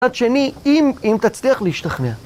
מצד שני, אם תצליח להשתכנע.